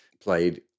played